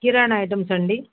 కిరాణా items అండి